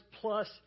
plus